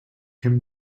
him